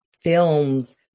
films